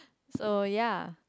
so ya